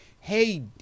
Hey